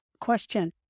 question